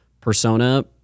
persona